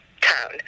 town